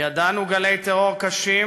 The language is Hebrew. ידענו גלי טרור קשים,